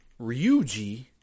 Ryuji